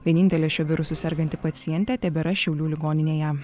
vienintelė šiuo virusu serganti pacientė tebėra šiaulių ligoninėje